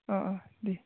अह अह दे